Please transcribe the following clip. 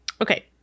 Okay